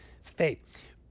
faith